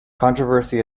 controversy